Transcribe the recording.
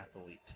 athlete